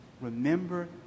Remember